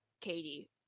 katie